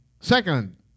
Second